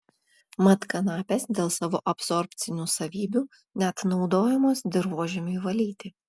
mat kanapės dėl savo absorbcinių savybių net naudojamos dirvožemiui valyti